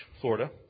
Florida